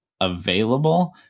available